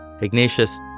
Ignatius